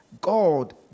God